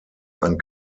ein